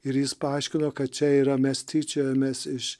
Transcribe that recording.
ir jis paaiškino kad čia yra mes tyčiojamės iš